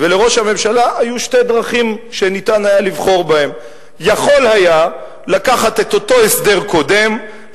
לראש הממשלה היו שתי דרכים לבחור בהן: יכול היה לקחת את אותו הסדר קודם,